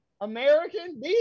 American